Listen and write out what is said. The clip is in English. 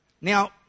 Now